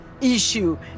issue